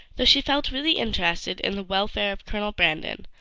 though she felt really interested in the welfare of colonel brandon,